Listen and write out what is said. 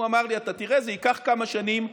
הוא אמר לי: אתה תראה, זה ייקח כמה שנים,